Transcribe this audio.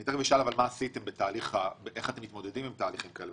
אני תיכף אשאל איך אתם מתמודדים עם תהליכים כאלה,